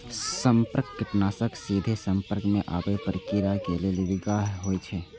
संपर्क कीटनाशक सीधे संपर्क मे आबै पर कीड़ा के लेल बिखाह होइ छै